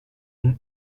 une